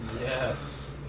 Yes